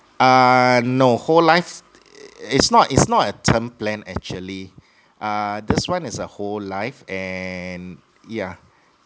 uh no whole life its not its not a term plan actually err this one is a whole life and yeah